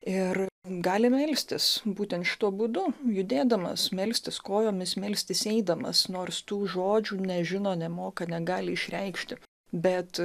ir gali melstis būtent šituo būdu judėdamas melstis kojomis melstis eidamas nors tų žodžių nežino nemoka negali išreikšti bet